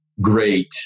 great